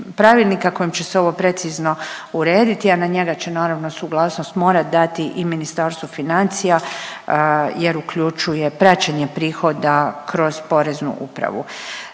kojim će se ovo precizno urediti, a na njega će naravno suglasnost morat dati i Ministarstvo financija jer uključuje praćenje prihoda kroz Poreznu upravu.